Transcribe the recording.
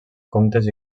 contes